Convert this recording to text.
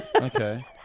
Okay